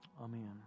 Amen